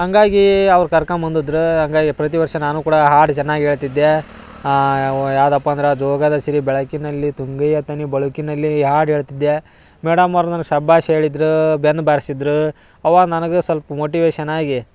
ಹಾಗಾಗಿ ಅವ್ರ ಕರ್ಕಂಬಂದಿದ್ರ ಹಂಗಾಗಿ ಪ್ರತಿವರ್ಷ ನಾನು ಕೂಡ ಹಾಡು ಚೆನ್ನಾಗಿ ಹೇಳ್ತಿದ್ದೆ ಯಾವ್ದಪ್ಪ ಅಂದ್ರ ಜೋಗದ ಸಿರಿ ಬೆಳಕಿನಲ್ಲಿ ತುಂಗೆಯ ತೆನೆ ಬಳುಕಿನಲ್ಲಿ ಈ ಹಾಡು ಹೇಳ್ತಿದ್ದೆ ಮೇಡಮ್ ಅವರು ನನಗೆ ಶಬಾಷ್ ಹೇಳಿದ್ರು ಬೆನ್ನು ಬಾರ್ಸಿದ್ರು ಅವಾಗ ನನಗೆ ಸೊಲ್ಪ ಮೋಟಿವೇಷನ್ ಆಗಿ